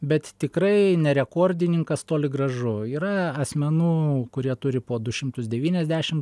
bet tikrai ne rekordininkas toli gražu yra asmenų kurie turi po du šimtus devyniasdešimt